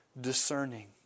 discerning